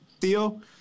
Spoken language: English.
Theo